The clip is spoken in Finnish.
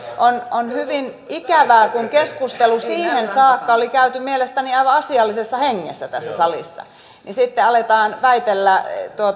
oli hyvin ikävää kun keskustelu siihen saakka oli käyty mielestäni aivan asiallisessa hengessä tässä salissa että sitten alettiin väitellä